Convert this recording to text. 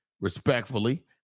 respectfully